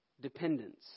dependence